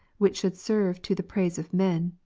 which should serve to the praise of men,